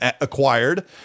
acquired